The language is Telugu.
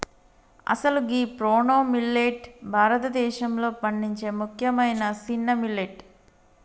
అసలు గీ ప్రోనో మిల్లేట్ భారతదేశంలో పండించే ముఖ్యమైన సిన్న మిల్లెట్